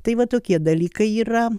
tai va tokie dalykai yra